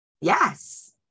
Yes